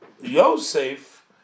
Yosef